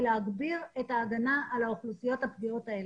להגביר את ההגנה על האוכלוסיות הפגיעות האלה.